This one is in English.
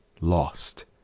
lost